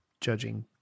judging